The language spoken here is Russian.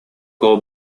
кого